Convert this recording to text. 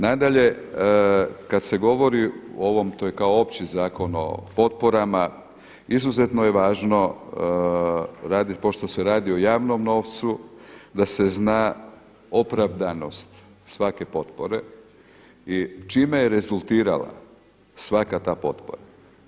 Nadalje, kada se govori o ovom, to je kao Opći zakon o potporama izuzetno je važno pošto se radi o javnom novcu da se zna opravdanost svake potpore i čime je rezultirala svaka ta potpora.